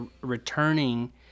returning